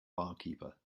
barkeeper